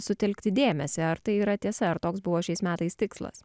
sutelkti dėmesį ar tai yra tiesa ar toks buvo šiais metais tikslas